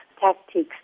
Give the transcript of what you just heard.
Tactics